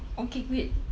okay great